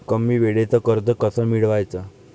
कमी वेळचं कर्ज कस मिळवाचं?